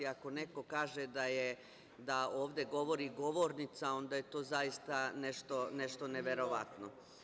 Ako neko kaže da ovde govori govornica, onda je to zaista nešto neverovatno.